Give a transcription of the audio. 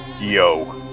Yo